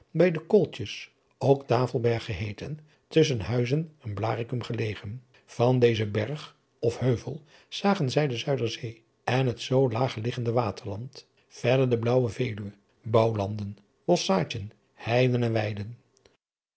bij de kooltjes ook tafelberg geheeten tusschen huizen en blaricum gelegen van dezen berg of heuvel zagen zij de zuiderzee en het zoo laag liggende waterland verder de blaauwe veluwe bouwlanden boschschaadjen heiden en weiden